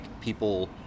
people